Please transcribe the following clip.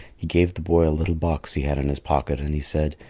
he gave the boy a little box he had in his pocket and he said,